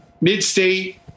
Mid-State